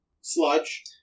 sludge